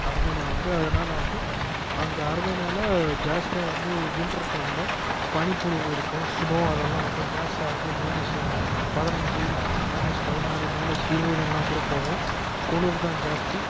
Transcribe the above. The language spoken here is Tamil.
அருமேனியா வந்து அதனால வந்து அங்கே அருமேனியாவில் ஜாஸ்த்தியாக வந்து விண்ட்டர் டைமில் பனிப்பொழிவிருக்கும் ஸ்னோ அதெல்லாம் ரொம்ப ஜாஸ்த்தியாயிருக்கும் மயினஸ்சு பதினைஞ்சி மயினஸ் பதினாறு மயினஸ் இருபதுன்லாம் கூட போகும் குளிர் தான் ஜாஸ்த்தி